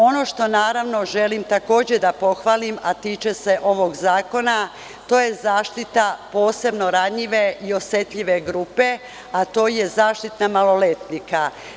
Ono što takođe želim da pohvalim, a tiče se ovog zakona, to je zaštita posebno ranjive i osetljive grupe, zaštita maloletnika.